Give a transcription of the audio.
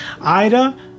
Ida